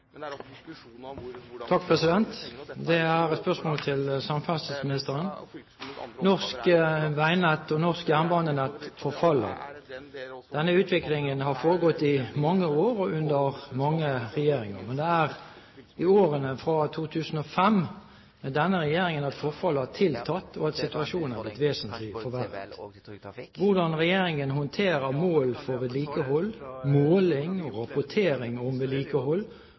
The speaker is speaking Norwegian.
Men det er i årene fra 2005 med denne regjeringen at forfallet har tiltatt, og at situasjonen er blitt vesentlig forverret. Hvordan regjeringen håndterer mål for vedlikehold, måling og rapportering om vedlikehold